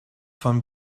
von